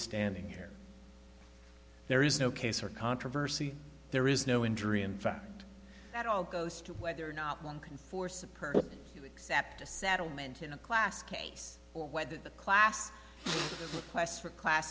standing here there is no case or controversy there is no injury in fact that all goes to whether or not one can force a person who accept a settlement in a class case whether the class requests for class